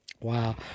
Wow